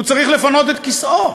הוא צריך לפנות את כיסאו.